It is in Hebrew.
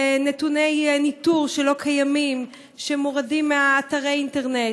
נתוני ניטור שלא קיימים, שמורדים מאתרי האינטרנט.